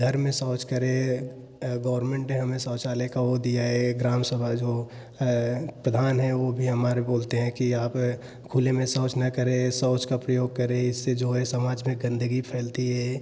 घर में शौच करें गवर्मेंट ने हमें शौचालय का वो दिया है ग्रामसभा जो प्रधान है वो भी हमारे बोलते हैं कि यहाँ पर खुले में शौच न करें शौच का प्रयोग करें इससे जो है समाज में गंदगी फैलती है